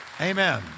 Amen